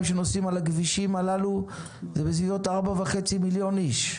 שנוסעים על הכבישים הללו זה בסביבות 4.5 מיליון איש.